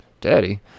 Daddy